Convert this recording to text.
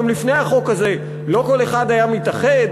גם לפני החוק הזה לא כל אחד היה מתאחד,